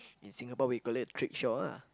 in Singapore we call it trickshaw ah